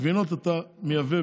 את הגבינות אתה מייבא,